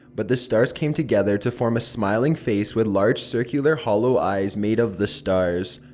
but the stars came together to form a smiling face with large circular hollow eyes made of the stars.